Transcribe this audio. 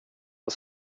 jag